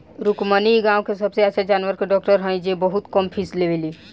रुक्मिणी इ गाँव के सबसे अच्छा जानवर के डॉक्टर हई जे बहुत कम फीस लेवेली